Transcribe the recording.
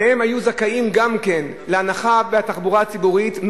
והם היו זכאים גם כן להנחה בתחבורה הציבורית.